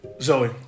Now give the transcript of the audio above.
Zoe